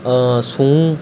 ਸੂੰਹ